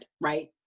right